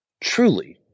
truly